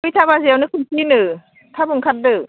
सयथा बाजायावनो खोन्थियोनो थाब ओंखारदो